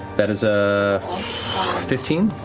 that is a fifteen.